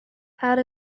out